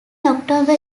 october